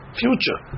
future